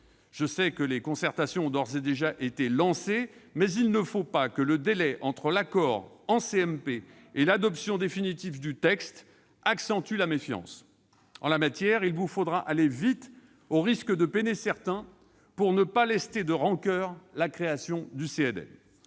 Je sais que les concertations ont d'ores et déjà été lancées, mais il ne faut pas que le délai entre l'accord en CMP et l'adoption définitive du texte accentue la méfiance. En la matière, il vous faudra aller vite au risque de peiner certains, pour ne pas lester de rancoeur la création du CNM.